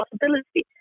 possibility